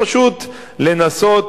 פשוט לנסות